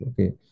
okay